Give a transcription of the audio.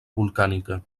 volcànica